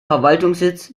verwaltungssitz